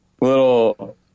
little